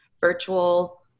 virtual